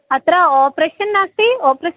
अत्र आपरेशन् नास्ति आपरेशन्